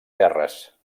terres